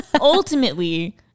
Ultimately